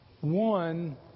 One